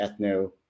ethno